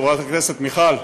חברת הכנסת מיכל,